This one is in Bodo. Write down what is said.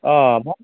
अ